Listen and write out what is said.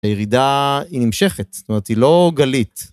הירידה היא נמשכת, זאת אומרת, היא לא גלית.